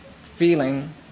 feeling